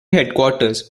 headquarters